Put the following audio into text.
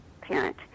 parent